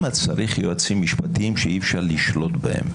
צריך יועצים משפטיים שאי אפשר לשלוט בהם.